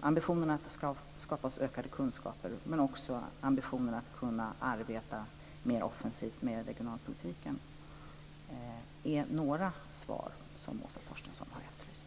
ambitionen att skaffa oss ökade kunskaper men också ambitionen att arbeta mer offensivt med regionalpolitiken, är några svar som Åsa Torstensson har efterlyst.